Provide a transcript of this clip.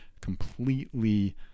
completely